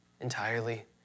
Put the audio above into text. entirely